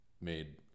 made